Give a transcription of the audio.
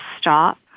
stop